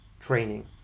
training